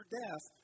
death